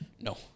No